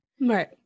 Right